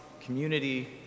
community